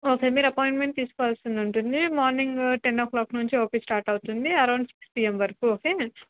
okay మీరు appointment తీసుకోవాల్సింది ఉంటుంది మార్నింగ్ టెన్ ఓ క్లాక్ నుంచి ఓ పీ స్టార్ట్ అవుతుంది అరౌండ్ సిక్స్ పీ ఎమ్ వరకు ఓకే